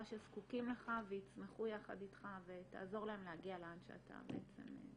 שזקוקים לך ויצמחו יחד איתך ותעזור להם להגיע לאן שאתה מגיע.